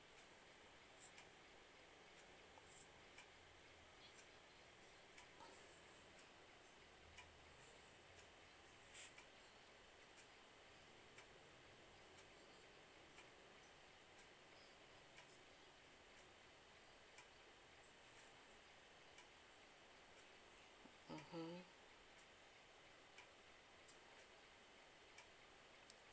mmhmm